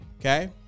Okay